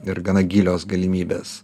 ir gana gilios galimybės